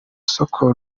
soko